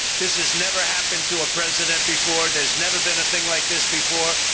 this has never happened to a president before. there's never been a thing like this before.